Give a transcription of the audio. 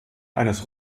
eines